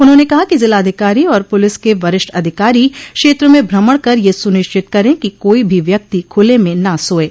उन्होंने कहा कि जिलाधिकारी और पुलिस के वरिष्ठ अधिकारी क्षेत्र में भ्रमण कर यह सुनिश्चित करें कि कोई भी व्यक्ति खुले में न सोये